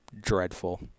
dreadful